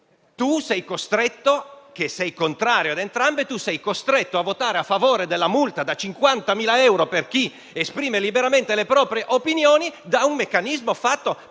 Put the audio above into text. finisce che tu, che sei contrario ad entrambe, sei costretto a votare a favore della multa da 50.000 euro per chi esprime liberamente le proprie opinioni per un meccanismo fatto per